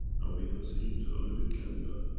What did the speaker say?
and we have seen, to a limit, it can be done.